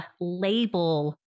label